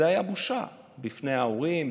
זאת הייתה בושה מפני ההורים,